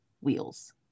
wheels